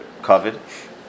COVID